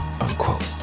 unquote